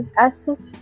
access